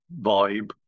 vibe